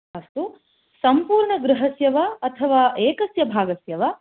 अस्तु सम्पूर्णगृहस्य वा अथवा एकस्य भागस्य वा